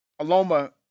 Aloma